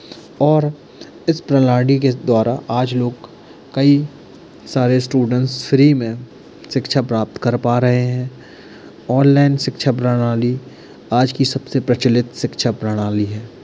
और इस प्रणाली के द्वारा आज लोग कई सारे स्टूडेंट्स फ्री में शिक्षा प्राप्त कर पा रहे हैं ओनलाइन शिक्षा प्रणाली आज की सबसे प्रचालित शिक्षा प्रणाली है